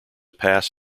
pass